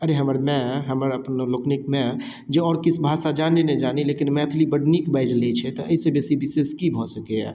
अरे हमर माय हमर अपन लोकनिक माय जँ आओर किछु भाषा जानी नहि जानी लेकिन मैथिली बड्ड नीक बाजि लै छै तऽ अइ सँ विशेष की भऽ सकैय